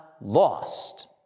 lost